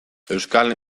euskal